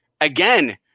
Again